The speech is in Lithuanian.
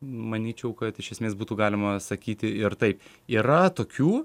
manyčiau kad iš esmės būtų galima sakyti ir taip yra tokių